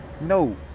No